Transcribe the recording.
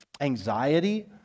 anxiety